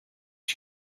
you